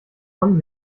von